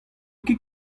ket